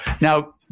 now